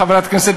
חברת הכנסת,